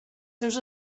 seus